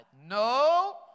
No